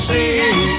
see